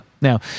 Now